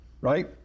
right